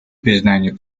признанию